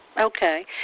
Okay